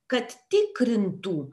kad tikrintų